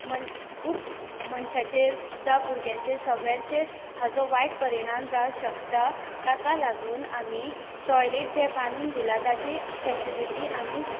मन खूब मनशाचेर जावं भुरग्यांचेर सगळ्यांचेर हाचो वायट परिणाम जावं शकता ताका लागून आमी टॉयलेट जे बांदून दिला ताची फेसिलिटी आमी